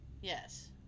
Yes